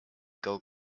gold